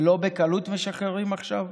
ולא בקלות משחררים עכשיו.